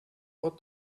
what